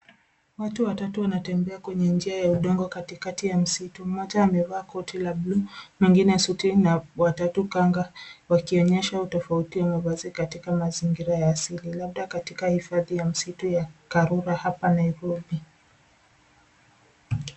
Watu watatu wanatembea kwenye njia ya udongo katikati ya msitu. Mmoja amevaa koti la bluu, mwingine suti na wa tatu kanga wakionyesha utofauti wa mavazi katika mazingira ya asili, labda katika hifadhi ya msitu ya Karura hapa Nairobi.